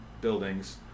buildings